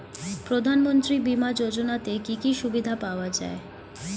প্রধানমন্ত্রী বিমা যোজনাতে কি কি সুবিধা পাওয়া যায়?